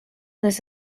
this